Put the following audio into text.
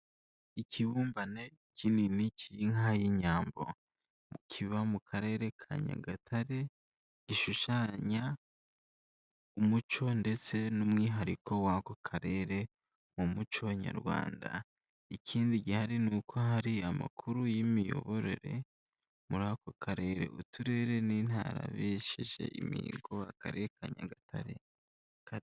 Ikibumbano kinini cy'inka y'inyambo. Kiba mu Karere ka Nyagatare, gishushanya umuco ndetse n'umwihariko w'ako karere mu muco nyarwanda. Ikindi gihari nuko hari amakuru y'imiyoborere muri ako karere, uturere n'intara bihesheje imihigo, Akarere ka Nyagatare.